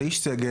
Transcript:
זה איש סגל,